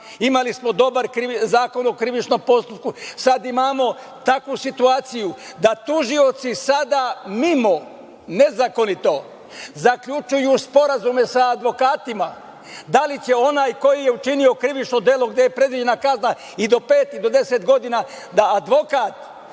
imamo. Imali smo dobar Zakon o krivičnom postupku, sad imamo takvu situaciju da tužioci sada mimo, nezakonito, zaključuju sporazume sa advokatima. Da li će onaj ko je činio krivično delo, gde je predviđena kazna i do pet i do 10 godina, da advokat